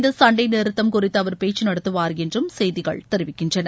இந்த சண்டை நிறுத்தம் குறித்து அவர் பேச்சு நடத்துவார் என்று செய்திகள் தெரிவிக்கின்றன